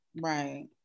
right